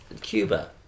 Cuba